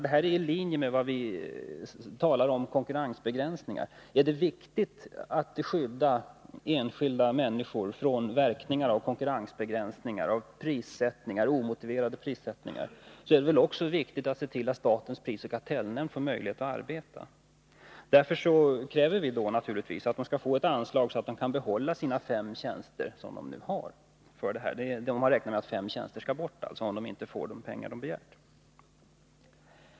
Detta är i linje med vad vi talar om när det gäller konkurrensbegränsningar. Är det viktigt att skydda enskilda människor från verkningar av konkurrensbegränsningar och omotiverade prissättningar, är det också viktigt att se till att statens prisoch kartellnämnd får möjlighet att arbeta. Därför kräver vi att de skall få ett anslag, så att de kan behålla de fem tjänster som de nu har för detta ändamål. De har räknat med att fem tjänster måste bort, om de inte får de pengar de har begärt.